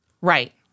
Right